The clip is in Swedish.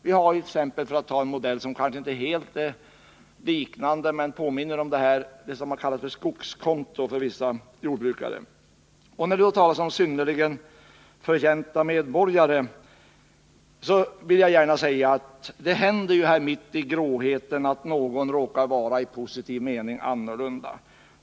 Vi har, för att ta ett exempel som kanske inte är helt liknande men som påminner om detta, ett skogskonto för vissa jordbrukare. Jag har i min fråga talat om synnerligen förtjänta medborgare. Det händer ju, mitt i gråheten, att någon råkar vara i positiv mening annorlunda.